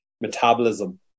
metabolism